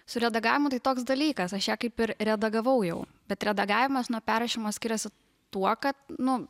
su redagavimu tai toks dalykas aš ją kaip ir redagavau jau bet redagavimas nuo perrašymo skiriasi tuo kad nu